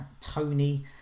Tony